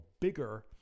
bigger